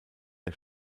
der